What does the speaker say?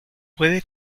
puede